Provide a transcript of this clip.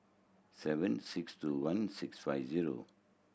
seven six two one six five zero